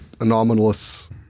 anomalous